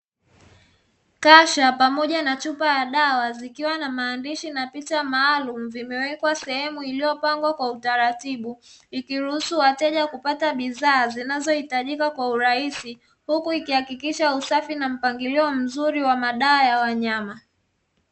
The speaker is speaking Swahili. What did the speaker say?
Kasha pamoja na chupa ya dawa zikiwa na maandishi na picha maalumu vimewekwa sehemu iliyopangwa kwa utaratibu ikiruhusu wateja kupata bidhaa zinazohitajika kwa urahisi, huku ikihakikisha usafi na mpangilio mzuri wa madawa ya wanyama.